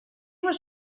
was